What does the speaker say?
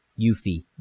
Yuffie